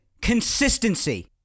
Consistency